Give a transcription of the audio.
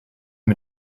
mit